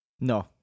No